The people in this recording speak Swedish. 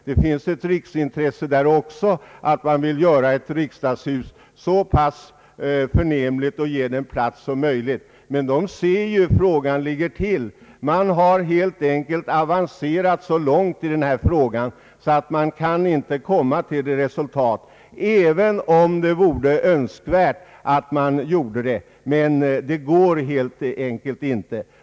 Det finns ju ett riksintresse även i stadsfullmäktige att ge ett riksdagshus en så förnämlig plats som möjligt, men dessa människor vet hur frågan ligger till. Denna frågan har helt enkelt avancerat så långt att man inte kan komma till det resultat som är tänkt, även om det vore önskvärt att så kunde ske. Men det går helt enkelt inte.